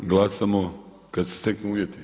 Glasamo kad se steknu uvjeti.